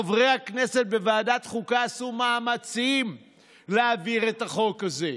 חברי הכנסת בוועדת חוקה עשו מאמצים להעביר את החוק הזה.